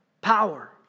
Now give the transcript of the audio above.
Power